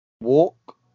Walk